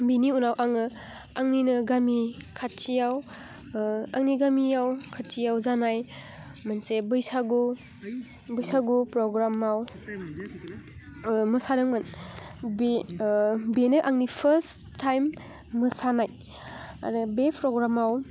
बेनि उनाव आङो आंनिनो गामि खाथियाव आंनि गामियाव खाथियाव जानाय मोनसे बैसागु प्रग्रामाव मोसादोंमोन बे बेनो आंनि फार्स्ट टाइम मोसानाय आरो बे फ्रग्रामाव